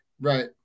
Right